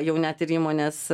jau net ir įmonės